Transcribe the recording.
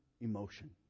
emotion